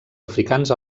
africans